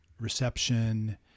reception